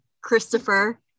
Christopher